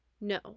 No